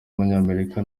abanyamerika